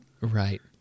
Right